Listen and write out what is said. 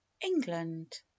England